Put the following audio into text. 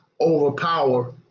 overpower